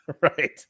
Right